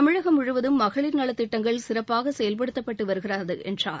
தமிழகம் முழுவதும் மகளிர் நலத் திட்டங்கள் சிறப்பாக செயல்படுத்தப்பட்டு வருகிறது என்றார்